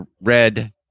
red